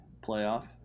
playoff